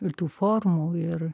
ir tų formų ir